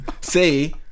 say